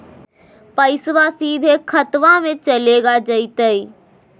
पैसाबा सीधे खतबा मे चलेगा जयते?